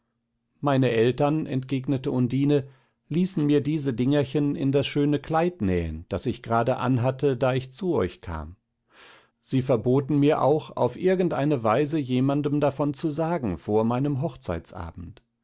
meine eltern entgegnete undine ließen mir diese dingerchen in das schöne kleid nähen das ich grade anhatte da ich zu euch kam sie verboten mir auch auf irgendeine weise jemandem davon zu sagen vor meinem hochzeitabend